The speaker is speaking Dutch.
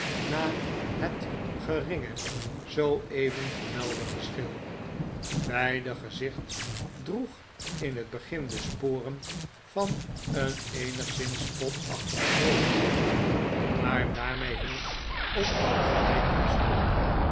na het geringe zooeven vermelde geschil beider gezicht droeg in het begin de sporen van een eenigszins spotachtige vroolijkheid maar daarmee hield ook alle gelijkenis op